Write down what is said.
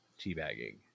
teabagging